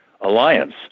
alliance